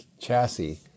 chassis